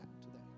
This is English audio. today